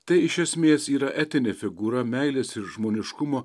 tai iš esmės yra etinė figūra meilės ir žmoniškumo